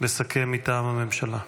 לסכם מטעם הממשלה.